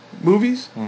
movies